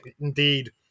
indeed